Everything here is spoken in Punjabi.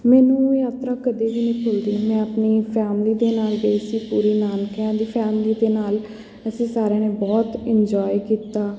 ਮੈਨੂੰ ਇਹ ਯਾਤਰਾ ਕਦੇ ਵੀ ਨਹੀਂ ਭੁੱਲਦੀ ਮੈਂ ਆਪਣੀ ਫੈਮਿਲੀ ਦੇ ਨਾਲ ਗਈ ਸੀ ਪੂਰੀ ਨਾਨਕਿਆਂ ਦੀ ਫੈਮਿਲੀ ਦੇ ਨਾਲ ਅਸੀਂ ਸਾਰਿਆਂ ਨੇ ਬਹੁਤ ਇੰਨਜੋਏ ਕੀਤਾ